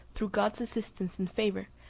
through god's assistance and favour,